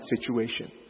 situation